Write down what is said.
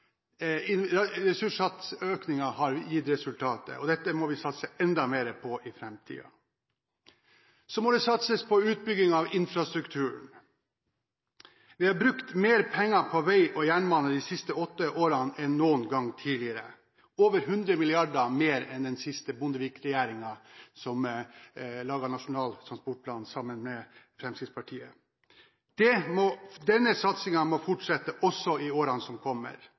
har gitt resultater, og dette må vi satse enda mer på i framtiden. Det må også satses på utbygging av infrastrukturen. Vi har brukt mer penger på vei og jernbane de siste åtte årene enn noen gang tidligere – over hundre milliarder kroner mer enn den siste Bondevik-regjeringen, som laget Nasjonal transportplan sammen med Fremskrittspartiet. Denne satsingen må fortsette også i årene som kommer,